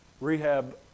rehab